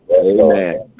Amen